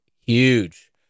huge